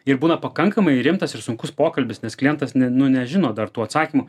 ir būna pakankamai rimtas ir sunkus pokalbis nes klientas net nežino dar tų atsakymų